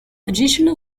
additional